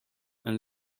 and